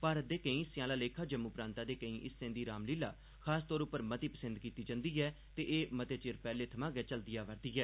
भारत दे कोई हिस्सें आह्ला लेखा जम्मू प्रांता दे केई हिस्सें दी रामलीला खासतौर उप्पर मती पसंद कीती जंदी ऐ ते एह् मते चिर पैहले थमां गै चलदी आवै'रदी ऐ